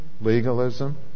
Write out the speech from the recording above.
legalism